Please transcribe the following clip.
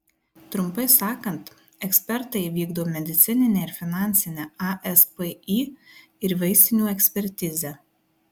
trumpai sakant ekspertai vykdo medicininę ir finansinę aspį ir vaistinių ekspertizę